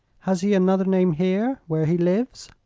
has he another name here, where he lives?